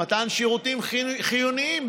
למתן שירותים חיוניים,